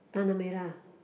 Tanah-Merah